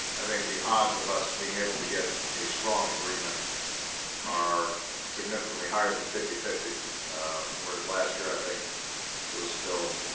i think the odds of us being able to get a strong agreement are significantly higher than fifty fifty whereas, last year i think it was still